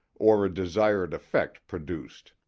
or a desired effect produced